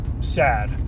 sad